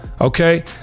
Okay